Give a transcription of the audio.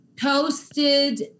Toasted